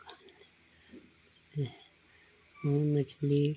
खाने से वह मछली